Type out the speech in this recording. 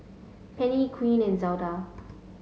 Penni Quint and Zelda